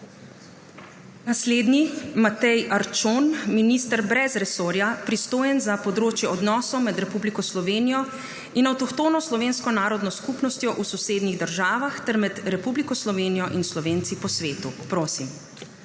Naslednji je Matej Arčon, minister brez resorja, pristojen za področje odnosov med Republiko Slovenijo in avtohtono slovensko narodno skupnostjo v sosednjih državah ter med Republiko Sloveniji in Slovenci po svetu. Prosim.